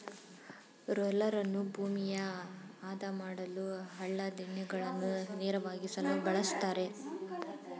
ರೋಲರನ್ನು ಭೂಮಿಯ ಆದ ಮಾಡಲು, ಹಳ್ಳ ದಿಣ್ಣೆಗಳನ್ನು ನೇರವಾಗಿಸಲು ಬಳ್ಸತ್ತರೆ